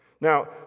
Now